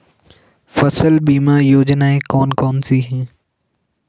फसल बीमा योजनाएँ कौन कौनसी हैं?